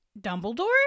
Dumbledore